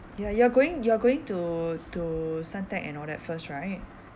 ya you are going you are going to to suntec and all that first right